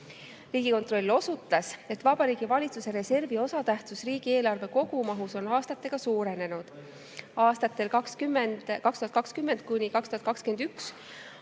Riigikontroll osutas, et Vabariigi Valitsuse reservi osatähtsus riigieelarve kogumahus on aastatega suurenenud. Aastatel 2020–2021